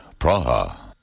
Praha